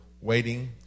waiting